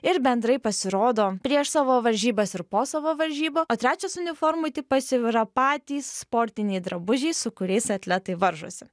ir bendrai pasirodo prieš savo varžybas ir po savo varžybų o trečias uniformų tipas jau yra patys sportiniai drabužiai su kuriais atletai varžosi